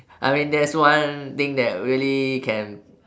I mean that's one thing that really can